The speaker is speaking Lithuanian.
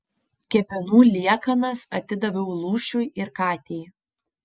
kepenų liekanas atidaviau lūšiui ir katei